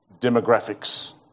Demographics